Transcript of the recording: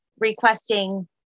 requesting